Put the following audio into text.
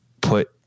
put